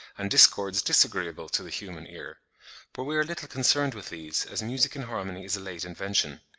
and discords disagreeable to the human ear but we are little concerned with these, as music in harmony is a late invention.